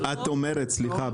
סליחה,